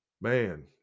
Man